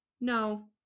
No